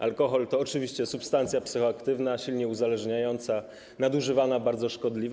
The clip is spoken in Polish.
Alkohol to oczywiście substancja psychoaktywna, silnie uzależniająca, nadużywana bardzo szkodliwa.